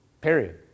Period